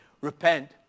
repent